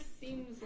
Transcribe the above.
seems